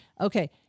okay